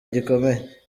gikomeye